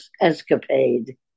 escapade